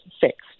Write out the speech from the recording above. fixed